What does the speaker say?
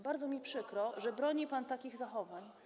Bardzo mi przykro, że broni pan takich zachowań.